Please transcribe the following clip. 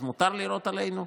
אז מותר לירות עלינו?